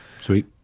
Sweet